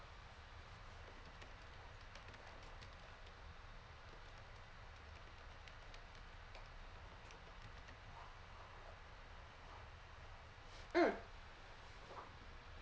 mm